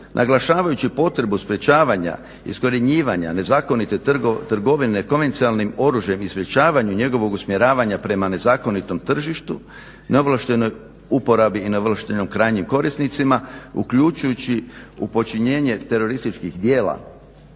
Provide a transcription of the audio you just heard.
naglašavajući potrebu sprečavanja, iskorjenjivanja nezakonite trgovine konvencionalnim oružjem i sprečavanju njegovog usmjeravanja prema nezakonitom tržištu, neovlaštenoj uporabi i neovlaštenim krajnjim korisnicima uključujući u počinjenje terorističkih djela